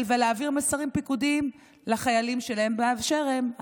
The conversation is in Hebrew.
ולהעביר מסרים פיקודיים לחיילים שלהם באשר הם.